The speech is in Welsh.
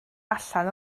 allan